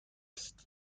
است